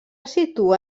situa